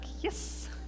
yes